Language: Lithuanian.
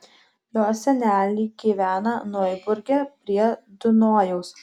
jo seneliai gyvena noiburge prie dunojaus